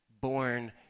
born